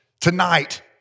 tonight